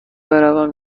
بروم